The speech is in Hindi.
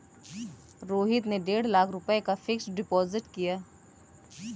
रोहित ने डेढ़ लाख रुपए का फ़िक्स्ड डिपॉज़िट किया